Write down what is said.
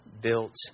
built